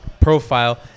profile